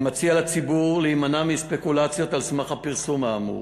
אני מציע לציבור להימנע מספקולציות על סמך הפרסום האמור,